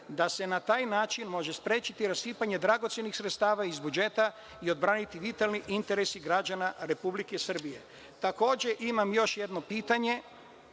da se na taj način može sprečiti raspinjanje dragocenih sredstava iz budžeta i odbraniti vitalni interesi građana Republike Srbije. Takođe, imam još jedno pitanje,